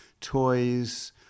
toys